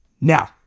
now